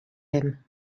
him